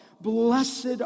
Blessed